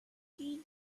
ski